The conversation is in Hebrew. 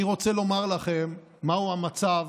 אני רוצה לומר לכם מהו המצב